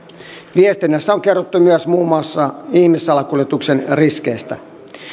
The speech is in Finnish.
viestinnässä on kerrottu myös muun muassa ihmissalakuljetuksen riskeistä